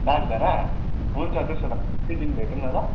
बागधारा हुन्छ त्यसो भए त्यही दिन भेटौँ न ल